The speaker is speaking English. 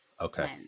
Okay